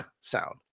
sound